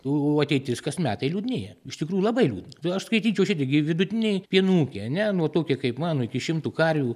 o o ateitis kas metai liūdnėja iš tikrųjų labai liūdna aš skaityčiau šitai gi vidutiniai pieno ūkiai ane nuo tokie kaip mano iki šimto karvių